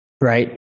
right